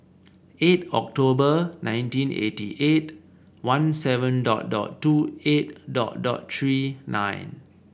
eight October nineteen eighty eight one seven dot dot two eight dot dot Three nine